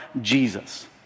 Jesus